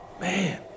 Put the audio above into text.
Man